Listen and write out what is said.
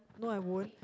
no I won't